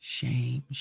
shame